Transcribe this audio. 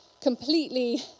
completely